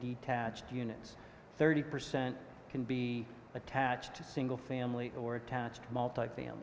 detached units thirty percent can be attached to single family or attached multifamily